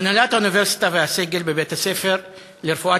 הנהלת האוניברסיטה והסגל בבית-הספר לרפואת